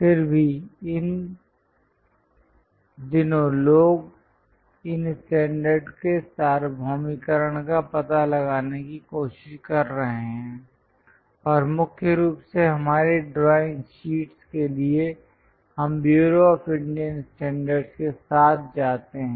फिर भी इन दिनों लोग इन स्टैंडर्ड के सार्वभौमिकरण का पता लगाने की कोशिश कर रहे हैं और मुख्य रूप से हमारी ड्राइंग शीट के लिए हम ब्यूरो ऑफ इंडियन स्टैंडर्ड्स के साथ जाते हैं